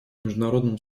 международному